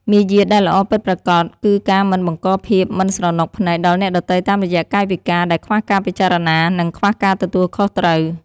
មារយាទដែលល្អពិតប្រាកដគឺការមិនបង្កភាពមិនស្រណុកភ្នែកដល់អ្នកដទៃតាមរយៈកាយវិការដែលខ្វះការពិចារណា និង ខ្វះការទទួលខុសត្រូវ។